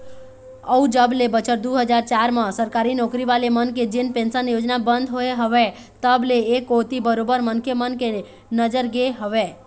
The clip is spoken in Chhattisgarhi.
अउ जब ले बछर दू हजार चार म सरकारी नौकरी वाले मन के जेन पेंशन योजना बंद होय हवय तब ले ऐ कोती बरोबर मनखे मन के नजर गे हवय